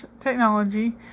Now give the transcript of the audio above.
technology